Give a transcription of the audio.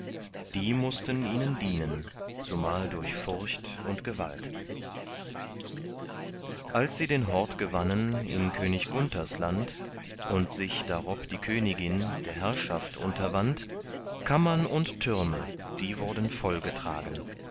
die mußten ihnen dienen zumal durch furcht und gewalt als sie den hort gewannen in könig gunthers land und sich darob die königin der herrschaft unterwand kammern und türme die wurden voll getragen